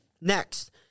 Next